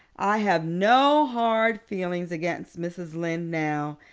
i have no hard feelings against mrs. lynde now.